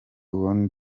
uwo